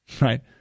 Right